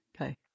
Okay